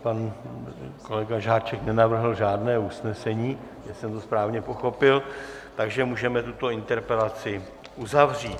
Pan kolega Žáček nenavrhl žádné usnesení, jestli jsem to správně pochopil, takže můžeme tuto interpelaci uzavřít.